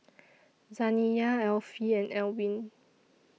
Zaniyah Alfie and Alwine